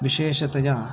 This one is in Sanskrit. विशेषतया